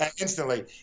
Instantly